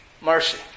mercy